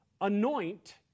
anoint